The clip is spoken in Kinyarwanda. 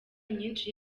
nyinshi